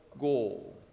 goal